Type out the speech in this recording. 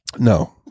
No